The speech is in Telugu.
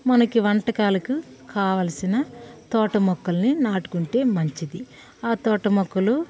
మనకు వంటకాలకి కావలసిన తోట మొక్కలని నాటుకుంటే మంచిది ఆ తోట మొక్కలు